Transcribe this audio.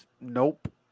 Nope